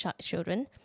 children